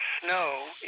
snow